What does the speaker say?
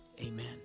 Amen